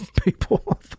people